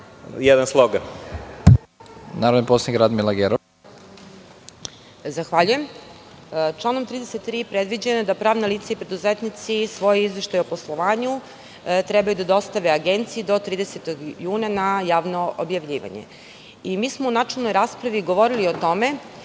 Radmila Gerov. **Radmila Gerov** Zahvaljujem. Članom 33. predviđeno je da pravna lica i preduzetnici svoj izveštaj o poslovanju treba da dostave Agenciji do 30. juna na javno objavljivanje. Mi smo u načelnoj raspravi govorili o tome,